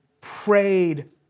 prayed